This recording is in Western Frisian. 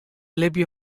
libje